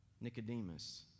Nicodemus